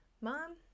Mom